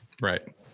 Right